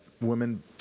women